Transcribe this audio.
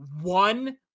one